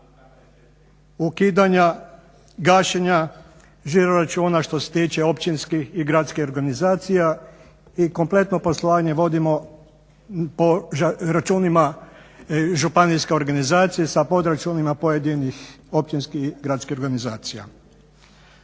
ukidanja, gašenja žiro računa što se tiče općinskih i gradskih organizacija i kompletno poslovanje vodimo po računima županijske organizacije, sa podračunima pojedinih općinskih gradskih organizacija.